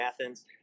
Athens